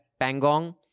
Pangong